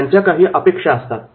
त्यांच्या काही अपेक्षा असतात